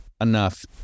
enough